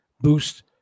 boost